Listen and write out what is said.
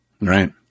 Right